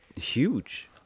huge